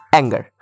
anger